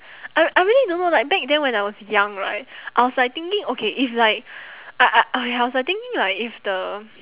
I I really don't know like back then when I was young right I was like thinking okay if like I I oh ya I was thinking like if the